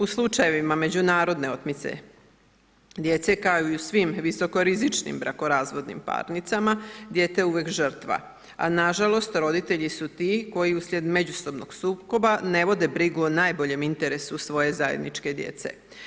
U slučajevima međunarodne otmice djece, kao i u svim visokorizičnim brakorazvodnim parnicama dijete je uvijek žrtva, a nažalost roditelji su ti koji uslijed međusobnog sukoba ne vode brigu o najboljem interesu svoje zajedničke djece.